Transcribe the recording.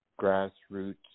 grassroots